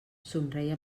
somreia